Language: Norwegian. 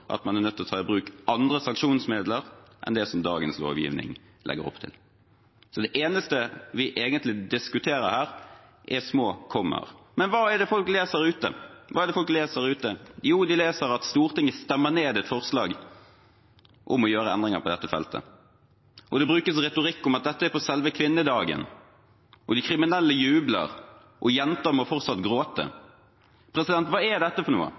er nødt til å ta i bruk andre sanksjonsmidler enn det dagens lovgivning legger opp til. Det eneste vi egentlig diskuterer her, er små kommaer. Hva leser folk der ute? De leser at Stortinget stemmer ned et forslag om å foreta endringer på dette feltet, og det brukes retorikk som at dette er på selve kvinnedagen, at de kriminelle jubler, og jenter fortsatt gråter. Hva er dette? Hva slags retorikk er dette